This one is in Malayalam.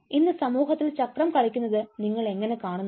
ഇന്ന് സമൂഹത്തിൽ ചക്രം കളിക്കുന്നത് നിങ്ങൾ എങ്ങനെ കാണുന്നു